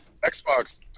Xbox